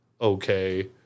okay